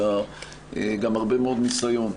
אלא גם הרבה מאוד ניסיון.